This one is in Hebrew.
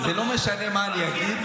זה לא משנה מה אני אגיד.